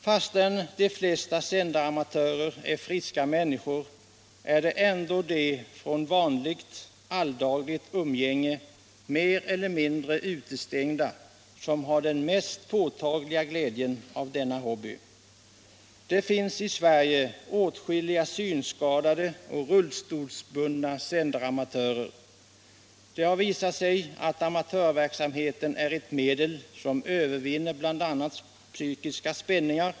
Fastän de flesta sändaramatörer är friska människor är det ändå de från vanligt, alldagligt umgänge mer eller mindre utestängda som har den mest påtagliga glädjen av denna hobby. Det finns i Sverige åtskilliga synskadade och rullstolsbundna sändaramatörer. Det har visat sig att amatörverksamheten är ett medel, som övervinner bl.a. psykiska spänningar.